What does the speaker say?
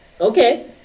okay